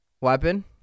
Weapon